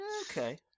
Okay